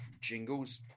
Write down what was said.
jingles